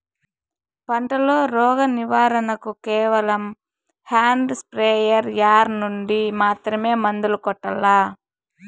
పంట లో, రోగం నివారణ కు కేవలం హ్యాండ్ స్ప్రేయార్ యార్ నుండి మాత్రమే మందులు కొట్టల్లా?